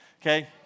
okay